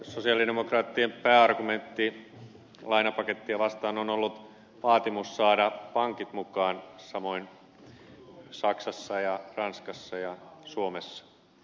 sosialidemokraattien pääargumentti lainapakettia vastaan on ollut vaatimus saada pankit mukaan samoin saksassa ja ranskassa ja suomessa